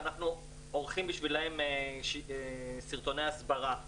ואנחנו עורכים בשבילם סרטוני הסברה,